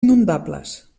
inundables